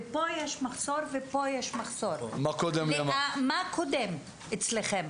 ופה יש מחסור ופה יש מחסור מה קודם אצלכם?